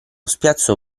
spiazzo